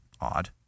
odd